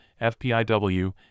FPIW